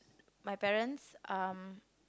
my parents um